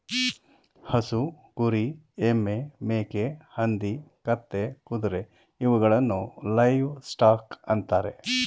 ಹಸು, ಕುರಿ, ಎಮ್ಮೆ, ಮೇಕೆ, ಹಂದಿ, ಕತ್ತೆ, ಕುದುರೆ ಇವುಗಳನ್ನು ಲೈವ್ ಸ್ಟಾಕ್ ಅಂತರೆ